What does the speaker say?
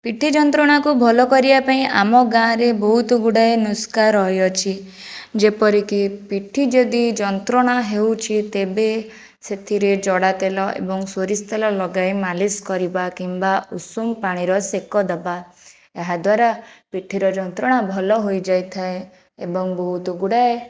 ପିଠି ଯନ୍ତ୍ରଣାକୁ ଭଲ କରିବା ପାଇଁ ଆମ ଗାଁରେ ବହୁତ ଗୁଡ଼ାଏ ନୁଷ୍କା ରହିଅଛି ଯେପରିକି ପିଠି ଯଦି ଯନ୍ତ୍ରଣା ହେଉଛି ତେବେ ସେଥିରେ ଜଡ଼ାତେଲ ଏବଂ ସୋରିଷ ତେଲ ଲଗାଇ ମାଲିସ କରିବା କିମ୍ବା ଉଷୁମ ପାଣିର ସେକ ଦେବା ଏହା ଦ୍ଵାରା ପିଠିର ଯନ୍ତ୍ରଣା ଭଲ ହୋଇଯାଇଥାଏ ଏବଂ ବହୁତ ଗୁଡ଼ାଏ